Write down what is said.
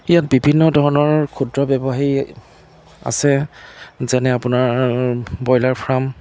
ইয়াত বিভিন্ন ধৰণৰ ক্ষুদ্ৰ ব্যৱসায়ী আছে যেনে আপোনাৰ ব্ৰয়লাৰ ফাৰ্ম